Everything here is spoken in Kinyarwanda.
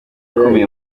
ikomeye